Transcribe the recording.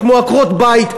כמו עקרות-בית,